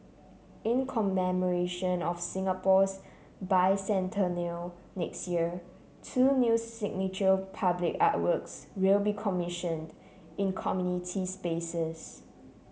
in commemoration of Singapore's Bicentennial next year two new signature public artworks will be commissioned in community spaces